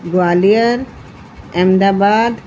Gwalior Ahmedabad